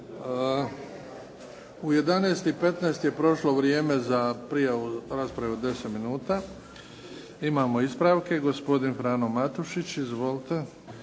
U 11,15 je prošlo vrijeme za prijavu rasprave od 10 minuta. Imamo ispravke, gospodin Frano Matušić. Izvolite.